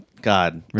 god